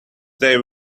they